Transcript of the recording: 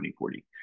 2040